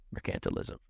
mercantilism